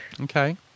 Okay